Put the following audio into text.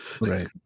Right